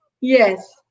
Yes